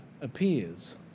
appears